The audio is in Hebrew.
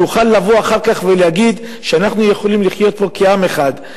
יוכל לבוא אחר כך ולהגיד שאנחנו יכולים לחיות פה כעם אחד,